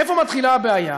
איפה מתחילה הבעיה?